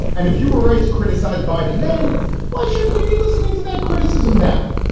and if you were right to criticize biden, then why shouldn't we be listening to that criticism now?